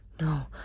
No